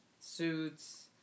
suits